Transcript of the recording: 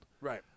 Right